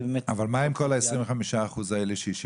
אבל מה עם כל ה-25% האלה שהיא שילמה?